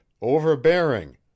overbearing